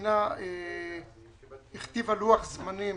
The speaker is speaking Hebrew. המדינה הכתיבה לוח זמנים